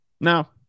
Now